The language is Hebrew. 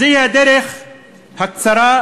זוהי הדרך הקצרה,